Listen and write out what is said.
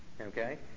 Okay